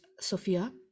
Sophia